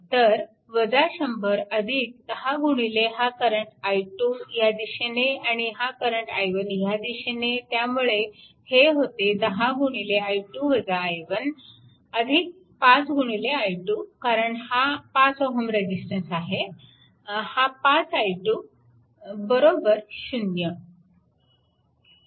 तर 100 10 गुणिले हा करंट i2 ह्या दिशेने आणि हा करंट i1 ह्या दिशेने त्यामुळे हे होते 10 गुणिले 5 गुणिले i2 कारण हा 5 Ω रेजिस्टन्स आहे हा 5 i2 बरोबर 0